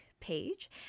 page